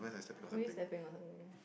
always teh-bing or something